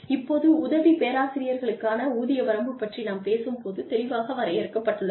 இப்போது உதவி பேராசிரியர்களுக்கான ஊதிய வரம்பு பற்றி நாம் பேசும்போது தெளிவாக வரையறுக்கப்பட்டுள்ளது